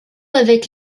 avec